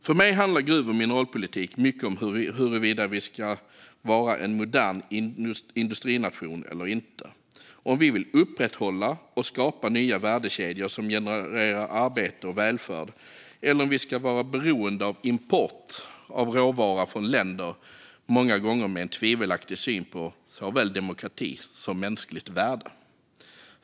För mig handlar gruv och mineralpolitik mycket om huruvida vi ska vara en modern industrination eller inte - om vi vill upprätthålla och skapa nya värdekedjor som genererar arbete och välfärd eller om vi ska vara beroende av import av råvara från länder med många gånger en tvivelaktig syn på såväl demokrati som mänskligt värde.